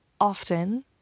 often